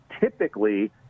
typically